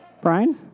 Brian